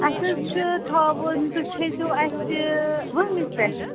اَسہِ حظ چھُ تھاوُن تُہۍ تھٲیزیو اَسہِ وُہمِس پٮ۪ٹھ